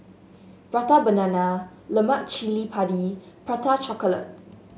Prata Banana Lemak Cili Padi Prata Chocolate